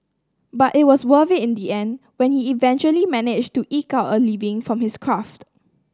but it was worth it in the end when he eventually managed to eke out a living from his craft